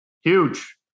Huge